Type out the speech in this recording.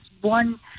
One